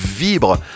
vibre